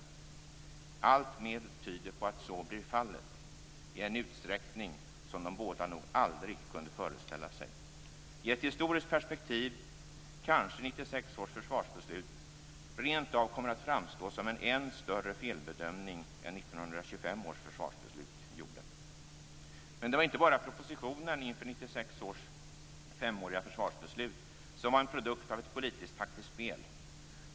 Alltmer tyder på att så blir fallet i en utsträckning som de båda nog aldrig kunde föreställa sig. I ett historiskt perspektiv kanske 1996 års försvarsbeslut rent av kommer att framstå som en än större felbedömning än 1925 års försvarsbeslut gjort. Men det var inte bara propositionen inför 1996 års femåriga försvarsbeslut som var en produkt av ett politisk-taktiskt spel.